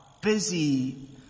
busy